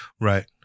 Right